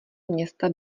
města